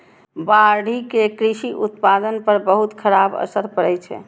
बाढ़ि के कृषि उत्पादन पर बहुत खराब असर पड़ै छै